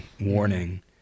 warning